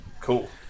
cool